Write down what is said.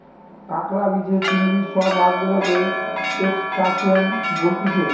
কাঁকড়া, বিছে, চিংড়ি সব মাছ গুলাকে ত্রুসটাসিয়ান বলতিছে